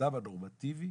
האדם הנורמטיבי